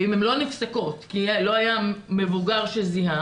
ואם הן לא נפסקות כי לא היה מבוגר שזיהה,